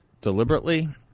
deliberately